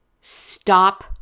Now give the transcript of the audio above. stop